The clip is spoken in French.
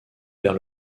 vers